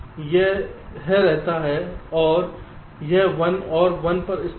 तो यह रहता है और यह 1 और 1 पर स्टक